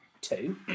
two